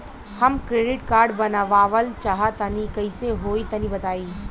हम credit card बनवावल चाह तनि कइसे होई तनि बताई?